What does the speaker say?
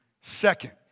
Second